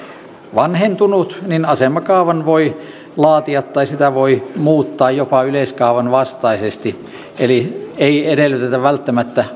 vanhentunut niin asemakaavan voi laatia tai sitä voi muuttaa jopa yleiskaavan vastaisesti eli ei edellytetä välttämättä